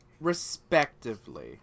respectively